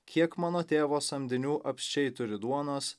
kiek mano tėvo samdinių apsčiai turi duonos